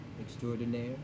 extraordinaire